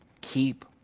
keep